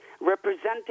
representing